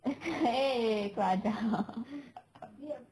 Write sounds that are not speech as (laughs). (laughs) !hey! kurang ajar (laughs)